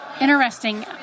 interesting